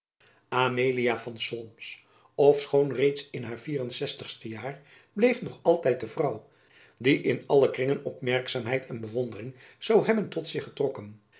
amelia van solms ofschoon reeds in haar vieren zestigste jaar bleef nog altijd de vrouw die in alle kringen opmerkzaamheid en bewondering zoû hebben tot zich getrokken